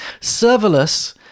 Serverless